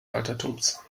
altertums